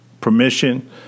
permission